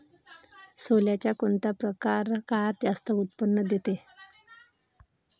सोल्याचा कोनता परकार जास्त उत्पन्न देते?